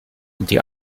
die